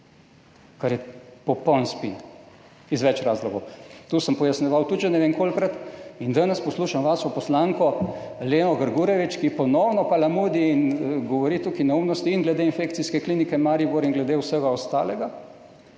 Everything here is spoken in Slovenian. kar je popoln spin iz več razlogov. To sem pojasnjeval že ne vem kolikokrat in danes poslušam vašo poslanko Leno Grgurevič, ki ponovno palamudi in govori tukaj neumnosti glede infekcijske klinike v Mariboru in vsega ostalega,